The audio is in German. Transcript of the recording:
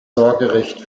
sorgerecht